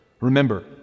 remember